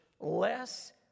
less